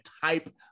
type